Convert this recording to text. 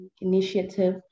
initiative